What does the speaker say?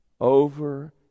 over